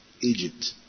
Egypt